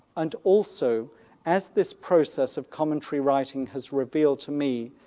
and also as this process of commentary writing has revealed to me,